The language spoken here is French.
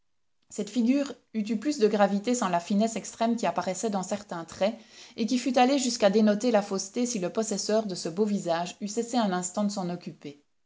cette figure eût eu plus de gravité sans la finesse extrême qui apparaissait dans certains traits et qui fût allée jusqu'à dénoter la fausseté si le possesseur de ce beau visage eût cessé un instant de s'en occuper